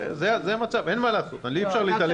זה המצב, אין מה לעשות, אבל אי-אפשר להתעלם מזה.